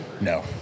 No